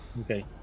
okay